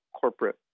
corporate